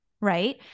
right